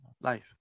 life